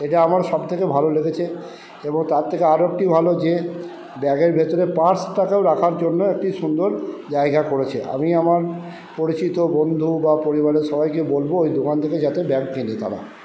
এটা আমার সব থেকে ভালো লেগেছে এবং তার থেকে আরও একটি ভালো যে ব্যাগের ভেতরে পার্সটাকেও রাখার জন্য একটি সুন্দর জায়গা করেছে আমি আমার পরিচিত বন্ধু বা পরিবারের সবাইকে বলব ওই দোকান থেকে যাতে ব্যাগ কেনে তারা